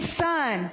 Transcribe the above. son